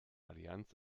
allianz